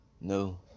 No